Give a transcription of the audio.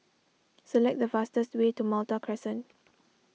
select the fastest way to Malta Crescent